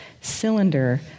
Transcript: cylinder